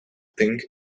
think